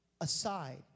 aside